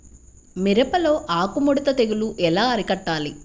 మిరపలో ఆకు ముడత తెగులు ఎలా అరికట్టాలి?